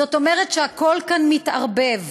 זאת אומרת שהכול כאן מתערבב,